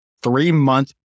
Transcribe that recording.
three-month